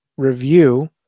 review